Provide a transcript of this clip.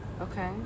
Okay